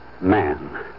man